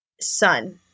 son